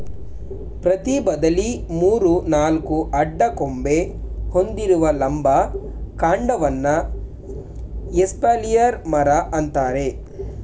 ಪ್ರತಿ ಬದಿಲಿ ಮೂರು ನಾಲ್ಕು ಅಡ್ಡ ಕೊಂಬೆ ಹೊಂದಿರುವ ಲಂಬ ಕಾಂಡವನ್ನ ಎಸ್ಪಾಲಿಯರ್ ಮರ ಅಂತಾರೆ